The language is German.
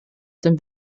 dem